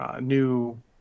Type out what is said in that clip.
New